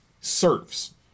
serves